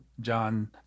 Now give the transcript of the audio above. John